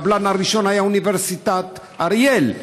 הקבלן הראשון היה אוניברסיטת אריאל,